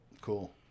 Cool